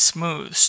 Smooth